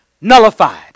nullified